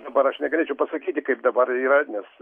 dabar aš negalėčiau pasakyti kaip dabar yra nes